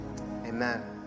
amen